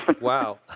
Wow